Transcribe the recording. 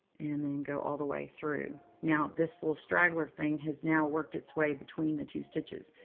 and then go all the way through. now, this little straggler thing has now worked its way between the two stitches.